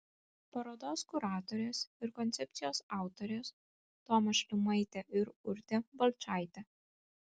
parodos kuratorės ir koncepcijos autorės toma šlimaitė ir urtė balčaitė